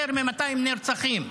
יותר מ-200 נרצחים,